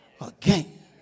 again